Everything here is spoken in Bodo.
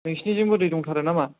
नोंसोरनिथिंबो दै दंथारो नामा